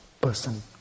person